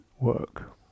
work